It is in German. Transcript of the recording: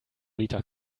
liter